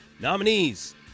Nominees